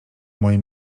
moje